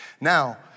Now